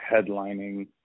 headlining